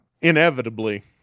Inevitably